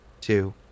two